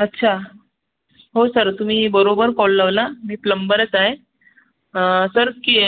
अच्छा हो सर तुम्ही बरोबर कॉल लावला मी प्लम्बरच आहे सर की